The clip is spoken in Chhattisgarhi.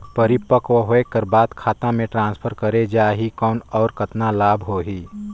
परिपक्व होय कर बाद खाता मे ट्रांसफर करे जा ही कौन और कतना लाभ होही?